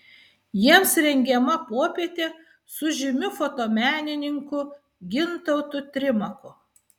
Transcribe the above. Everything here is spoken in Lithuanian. jiems rengiama popietė su žymiu fotomenininku gintautu trimaku